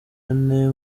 ane